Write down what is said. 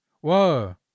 Whoa